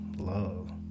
love